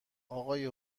آقای